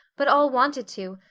but all wanted to,